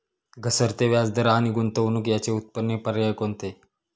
घसरते व्याजदर आणि गुंतवणूक याचे उत्तम पर्याय कोणते?